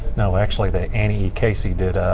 no, actually but annie casey did